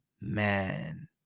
man